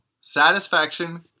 Satisfaction